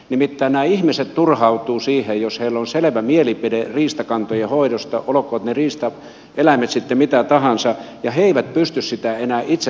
nimittäin nämä ihmiset turhautuvat siihen jos heillä on selvä mielipide riistakantojen hoidosta olkoot ne riistaeläimet sitten mitä tahansa mutta he eivät pysty sitä enää itse toteuttamaan